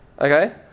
Okay